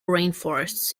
rainforests